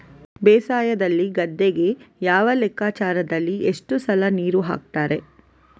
ಬೇಸಾಯದಲ್ಲಿ ಗದ್ದೆಗೆ ಯಾವ ಲೆಕ್ಕಾಚಾರದಲ್ಲಿ ಎಷ್ಟು ಸಲ ನೀರು ಹಾಕ್ತರೆ?